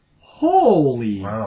Holy